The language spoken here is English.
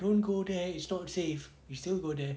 don't go there it's not safe you still go there